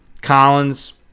Collins